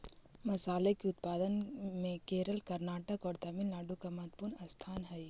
मसाले के उत्पादन में केरल कर्नाटक और तमिलनाडु का महत्वपूर्ण स्थान हई